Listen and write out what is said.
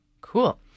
Cool